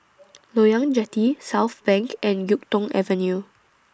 Loyang Jetty Southbank and Yuk Tong Avenue